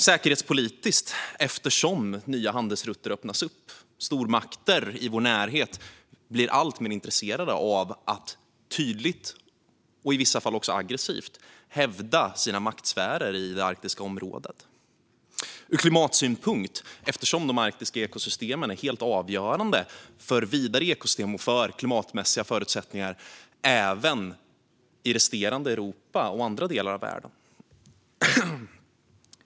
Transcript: Säkerhetspolitiskt är det viktigt eftersom nya handelsrutter öppnas upp, och stormakter i vår närhet blir alltmer intresserade av att tydligt och i vissa fall också aggressivt hävda sina maktsfärer i det arktiska området. Ur klimatsynpunkt är det viktigt eftersom de arktiska ekosystemen är helt avgörande för vidare ekosystem och för klimatmässiga förutsättningar även i resten av Europa och i andra delar av världen.